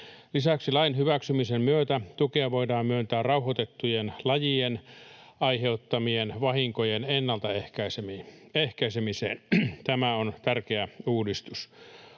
Lisäksi lain hyväksymisen myötä tukea voidaan myöntää rauhoitettujen lajien aiheuttamien vahinkojen ennaltaehkäisemiseen. Tämä on tärkeä uudistus.